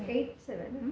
date seven